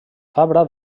fabra